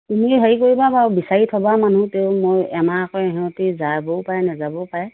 তুমি হেৰি কৰিবা বাৰু বিচাৰি থ'বা মানুহ তেও মই আমাৰ আকৌ ইহঁতে যাবও পাৰে নাযাবও পাৰে